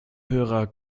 hörer